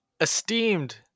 esteemed